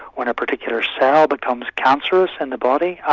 when a particular cell becomes cancerous in the body,